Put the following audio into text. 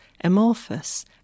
amorphous